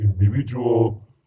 individual